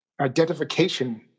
identification